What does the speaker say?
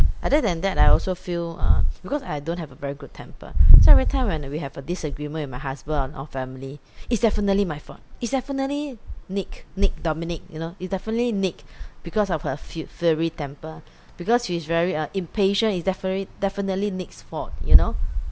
other than that I also feel uh because I don't have a very good temper so every time when we have a disagreement with my husband on our family it's definitely my fault it's definitely nic nic dominic you know it's definitely nic because of her fu~ fury temper because she's very uh impatient it's definitely definitely nic's fault you know